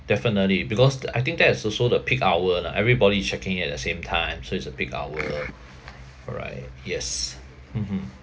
definitely because the I think that is also the peak hour lah everybody's checking in at the same time so it's a peak hour alright yes mmhmm